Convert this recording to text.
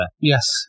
Yes